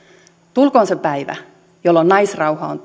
tulkoon se päivä jolloin naisrauha on